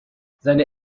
seine